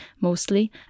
mostly